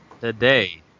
Today